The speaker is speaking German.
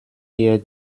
hier